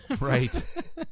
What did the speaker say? Right